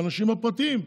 האנשים הפרטיים,